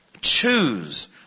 Choose